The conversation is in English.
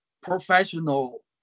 professional